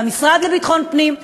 והמשרד לביטחון פנים,